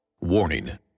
Warning